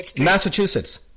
Massachusetts